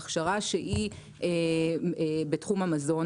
הכשרה שהיא בתחום המזון,